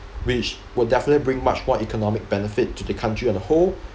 which would definitely bring much more economic benefit to the country in a whole